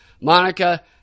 Monica